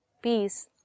peace